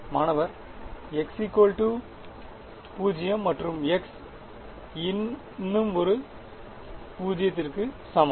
மாணவர் x 0 மற்றும் x இன்னும் ஒரு 0 க்கு சமம்